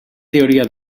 teoria